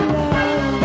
Love